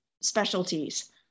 specialties